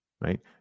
Right